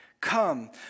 Come